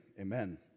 amen